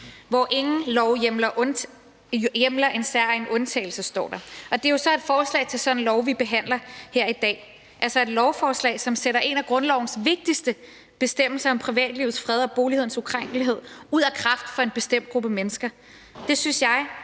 Hvor ingen lov hjemler en særegen undtagelse, står der. Det er jo så et forslag til sådan en lov, vi behandler her i dag, altså et lovforslag, som sætter en af grundlovens vigtigste bestemmelser om privatlivets fred og boligens ukrænkelighed ud af kraft for en bestemt gruppe mennesker. Det synes jeg